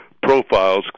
profiles